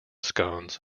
scones